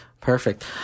Perfect